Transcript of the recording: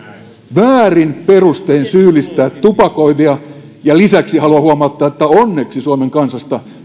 väärin perustein syyllistetään tupakoivia lisäksi haluan huomauttaa että onneksi suomen kansasta